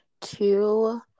two